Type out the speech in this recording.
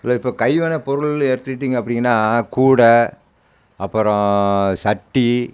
இல்லை இப்போ கைவினைப் பொருள்னு எடுத்துக்கிட்டிங்க அப்படின்னா கூடை அப்புறோம் சட்டி